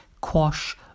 quash